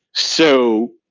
so,